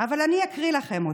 אבל אני אקריא לכם אותו.